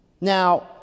Now